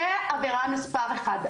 זו עבירה מספר אחת.